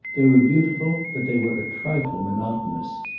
they were beautiful, but they were a trifle monotonous.